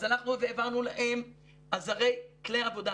אז אנחנו עוד העברנו להם עזרי כלי עבודה,